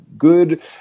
good